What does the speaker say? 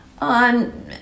on